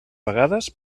vegades